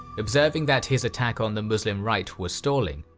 observing that his attack on the muslim right was stalling,